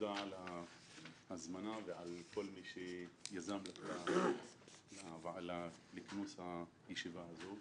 ותודה על ההזמנה ולכל מי שיזם את כינוס הישיבה הזו.